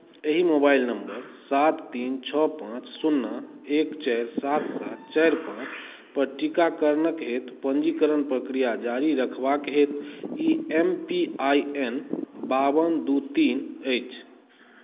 एहि mobile number सात तीन छओ पाँच शुन्ना एक चारि सात सात चारि पाँचपर टीकाकरणक हेतु पञ्जीकरणक प्रक्रिया जारी रखबाक हेतु E M P I N बाबन दू तीन अछि